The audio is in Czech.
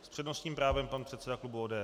S přednostním právem pan předseda klubu ODS.